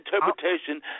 interpretation